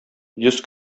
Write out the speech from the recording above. йөз